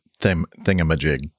thingamajig